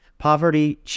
Poverty